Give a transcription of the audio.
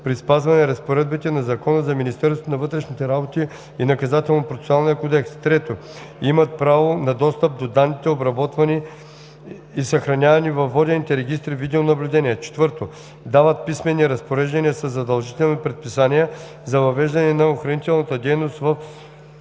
при спазване разпоредбите на Закона за Министерството на вътрешните работи и Наказателно-процесуалния кодекс; 3. имат право на достъп до данните, обработвани и съхранявани във водените регистри „Видеонаблюдение"; 4. дават писмени разпореждания със задължителни предписания за привеждане на охранителната дейност в